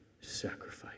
sacrifice